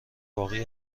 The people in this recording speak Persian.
باقی